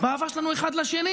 באהבה שלנו אחד לשני